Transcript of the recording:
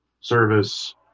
service